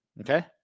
Okay